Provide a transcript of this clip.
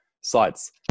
sites